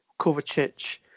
Kovacic